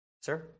Sir